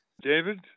David